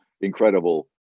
incredible